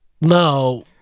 No